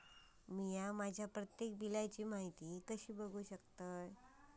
मी माझ्या प्रत्येक बिलची माहिती कशी बघू शकतय?